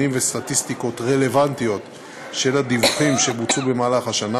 וסטטיסטיקות רלוונטיות של הדיווחים שבוצעו במהלך השנה,